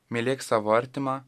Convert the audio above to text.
mylėk savo artimą